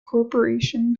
corporation